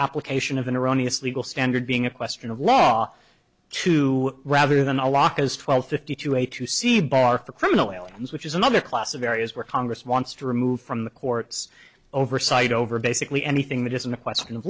application of an erroneous legal standard being a question of law two rather than a lock as twelve fifty two a two seed bar for criminal aliens which is another class of areas where congress wants to remove from the courts oversight over basically anything that isn't a question of